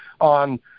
on